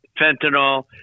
fentanyl